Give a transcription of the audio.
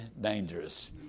dangerous